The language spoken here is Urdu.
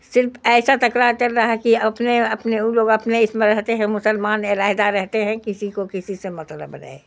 صرف ایسا تکرار چل رہا ہے کہ اپنے اپنے او لوگ اپنے اس میں رہتے ہیں مسلمان علیحدہ رہتے ہیں کسی کو کسی سے مطلب نہیں